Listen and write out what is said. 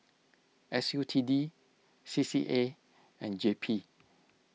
S U T D C C A and J P